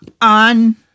On